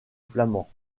flamand